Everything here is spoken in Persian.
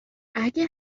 اگه